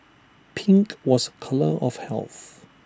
pink was A colour of health